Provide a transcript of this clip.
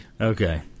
Okay